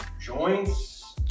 joints